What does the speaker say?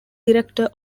director